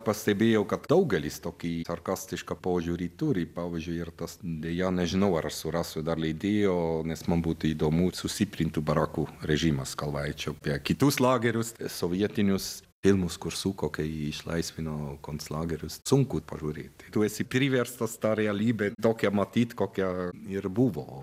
pastebėjau kad daugelis tokį sarkastišką požiūrį turi pavyzdžiui ir tas deja nežinau ar aš surasti dar leidėjo nes man būtų įdomu sustiprintų barakų režimas kalvaičio per kitus lagerius sovietinius filmus kur suko kai išlaisvino konclagerius sunku pažiūrėtitu esi priverstas tą realybę tokią matyt kokia ir buvo